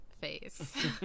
face